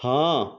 ହଁ